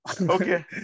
Okay